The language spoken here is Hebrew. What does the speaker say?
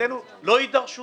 עדיין אני אבקש את